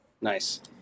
Nice